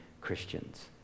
Christians